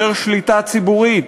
יותר שליטה ציבורית